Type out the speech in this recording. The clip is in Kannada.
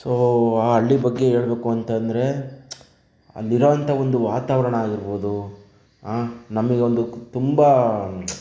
ಸೋ ಆ ಹಳ್ಳಿ ಬಗ್ಗೆ ಹೇಳಬೇಕು ಅಂತಂದರೆ ಅಲ್ಲಿರೋ ಅಂಥ ಒಂದು ವಾತಾವರಣ ಆಗಿರ್ಬೊದು ಆಂ ನಮಗೆ ಒಂದು ತುಂಬ